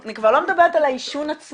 אני כבר לא מדברת על העישון עצמו,